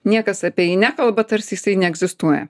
niekas apie jį nekalba tarsi jisai neegzistuoja